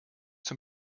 zum